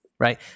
Right